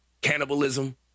cannibalism